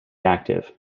active